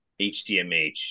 HDMH